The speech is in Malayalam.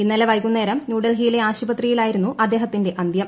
ഇന്നലെ വൈകുന്നേരം ന്യൂഡൽഹിയിലെ ആശുപത്രിയിലായിരുന്നു അദ്ദേഹത്തിന്റെ അന്ത്യം